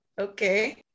Okay